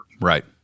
Right